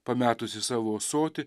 pametusi savo ąsotį